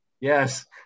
Yes